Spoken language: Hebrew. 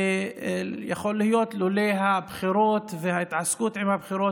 ויכול להיות שלולא הבחירות וההתעסקות עם הבחירות,